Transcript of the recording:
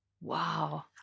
Wow